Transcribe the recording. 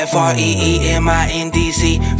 F-R-E-E-M-I-N-D-C